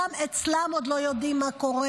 גם אצלם עוד לא יודעים מה קורה.